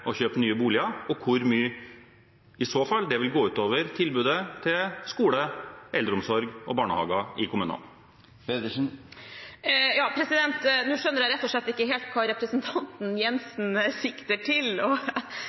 å kjøpe nye boliger, og hvor mye det i så fall vil gå ut over tilbudet til skole, eldreomsorg og barnehager i kommunene? Nå skjønner jeg rett og slett ikke helt hva representanten Jenssen sikter til.